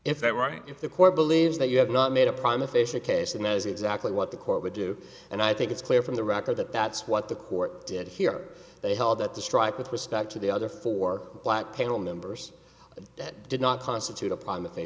right if the court believes that you have not made a prime official case and that is exactly what the court would do and i think it's clear from the record that that's what the court did here they held that the strike with respect to the other four black payroll numbers that did not constitute upon th